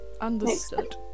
Understood